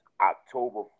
October